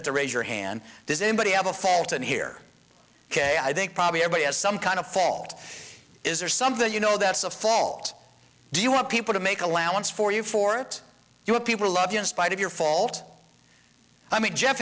had to raise your hand does anybody have a fault in here ok i think probably every has some kind of fault is there something you know that's a fault do you want people to make allowance for you for it you have people love you in spite of your fault i mean jeff